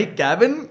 cabin